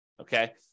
okay